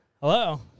Hello